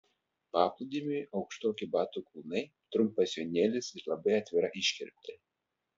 paplūdimiui aukštoki batų kulnai trumpas sijonėlis ir labai atvira iškirptė